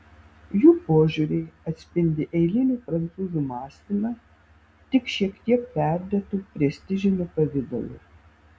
jų požiūriai atspindi eilinių prancūzų mąstymą tik šiek tiek perdėtu prestižiniu pavidalu